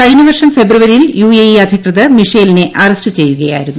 കഴിഞ്ഞ വർഷം ഫെബ്രുവരിയിൽ യു എ ഇ അധികൃതർ മിഷേലിനെ അറസ്റ്റ് ചെയ്യുക്യൂർയിരുന്നു